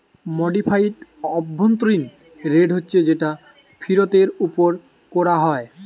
modified অভ্যন্তরীণ rate হচ্ছে যেটা ফিরতের উপর কোরা হয়